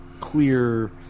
clear